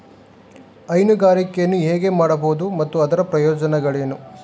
ಹೈನುಗಾರಿಕೆಯನ್ನು ಹೇಗೆ ಮಾಡಬಹುದು ಮತ್ತು ಅದರ ಪ್ರಯೋಜನಗಳೇನು?